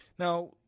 Now